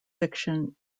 fiction